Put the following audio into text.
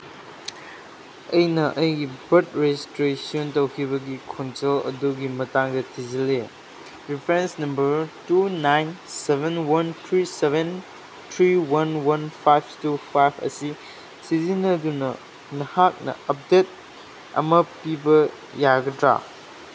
ꯑꯩꯅ ꯑꯩꯒꯤ birth registration ꯇꯧꯈꯤꯕꯒꯤ ꯈꯣꯟꯖꯦꯜ ꯑꯗꯨꯒꯤ ꯃꯇꯥꯡꯗ ꯊꯤꯖꯤꯜꯂꯤ reference number two nine seven one three seven three one one five two five ꯑꯁꯤ ꯁꯤꯖꯤꯟꯅꯗꯨꯅ ꯅꯍꯥꯛꯅ ꯑꯞꯗꯦꯠ ꯑꯃ ꯄꯤꯕ ꯌꯥꯒꯗ꯭ꯔꯥ